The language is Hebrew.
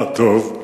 טוב,